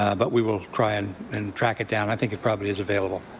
ah but we will try and and track it down. i think it probably is available.